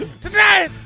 tonight